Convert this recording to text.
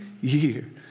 year